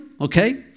Okay